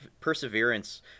perseverance